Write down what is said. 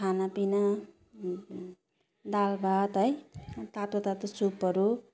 खानापिना दाल भात है तातो तातो सुपहरू